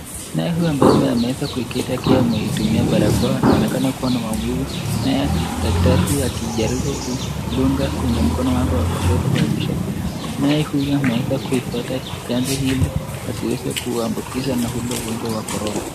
Naye huyu ambaye ameweza kuketi akiwa anatumia barakoa anaonekana kuwa na maumivu naye daktari huyu akijaribu kudunga kwenye mkono wake wa kushoto kuhakikisha kuwa naye huyu ameweza kupata chanjo ili asiweze kuambukizwa na ule ugonjwa wa korona.